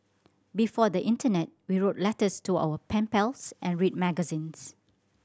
before the internet we wrote letters to our pen pals and read magazines